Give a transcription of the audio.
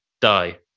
die